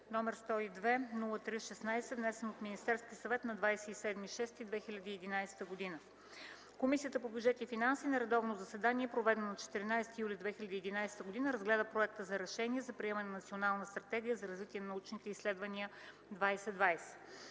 № 102-03-16, внесен от Министерския съвет на 27 юни 2011 г. Комисията по бюджет и финанси на редовно заседание, проведено на 14 юли 2011 г., разгледа проект за решение за приемане на Национална стратегия за развитие на научните изследвания 2020.